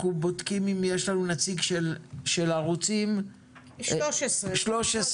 יש לנו נציגים של ערוצים --- סליחה,